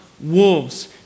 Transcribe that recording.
wolves